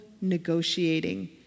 negotiating